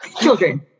children